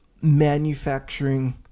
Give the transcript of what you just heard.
manufacturing